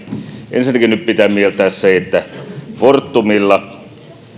ensinnäkin nyt pitää mieltää se että fortumilla